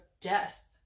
death